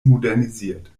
modernisiert